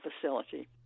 facility